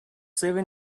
seven